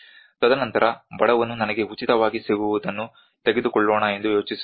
ತದನಂತರ ಬಡವನು ನನಗೆ ಉಚಿತವಾಗಿ ಸಿಗುವುದನ್ನು ತೆಗೆದುಕೊಳ್ಳೋಣ ಎಂದು ಯೋಚಿಸುತ್ತಾನೆ